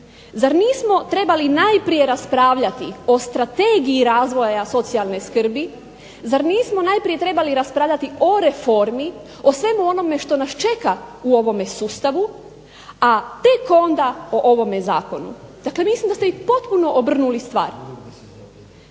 Zar nismo trebali najprije raspravljati o Strategiji razvoja socijalne skrbi, zar nismo najprije trebali raspravljati o reformi, o svemu onome što nas čeka u ovome sustavu, a tek onda o ovome zakonu. Dakle, mislim da ste vi potpuno obrnuli stvar.